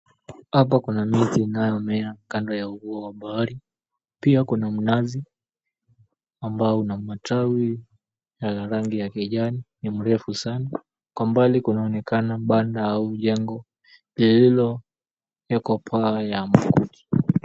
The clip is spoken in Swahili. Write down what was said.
Hapa kuna miti inayomea kando ya ufuo wa bahari. Pia kuna mnazi ambao una matawi yana rangi ya kijani, ni mrefu sana. Kwa mbali kunaonekana banda au jengo lilowekwa paa ya makuti.